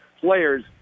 players